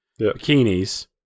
bikinis